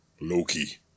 Loki